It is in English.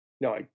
No